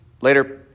Later